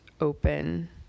open